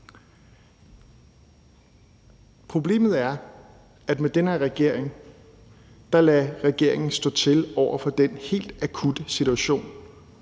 Problemet med den her regering er, at regeringen lader stå til over for den helt akutte situation,